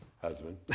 husband